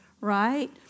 right